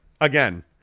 again